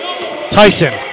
Tyson